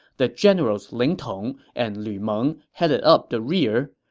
the generals ling tong and lu meng headed up the rear.